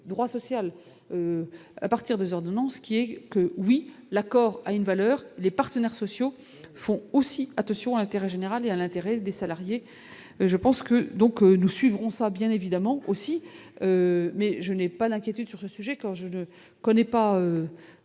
droit social à partir des ordonnances qui est que oui, l'accord a une valeur, les partenaires sociaux font aussi attention à l'intérêt général et à l'intérêt des salariés, je pense que donc nous suivrons sera bien évidemment aussi, mais je n'ai pas l'inquiétude sur ce sujet, quand je ne connais pas